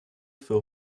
für